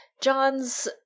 John's